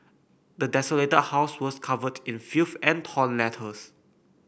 the desolated house was covered in filth and torn letters